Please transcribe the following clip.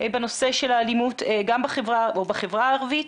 בחברה הערבית,